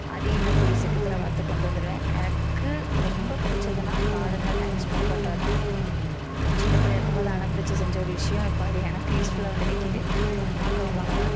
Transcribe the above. அதையும் இன்னும் கூடிய சீக்கிரத்தில் வளர்த்து கொண்டு வந்துடுவேன் எனக்கு ரொம்ப பிடித்ததுனா கார்டன்ல டைம் ஸ்பெண்ட் பண்ணுறது தான் சின்ன பிள்ளையா இருக்கும் போது அடம் பிடித்து செஞ்ச ஒரு விஷயம் இப்போ அது எனக்கு யூஸ்ஃபுல்லாக வந்து நிற்குது பார்க்க ரொம்ப அழகா